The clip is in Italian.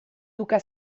duca